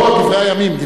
לא, "דברי הימים",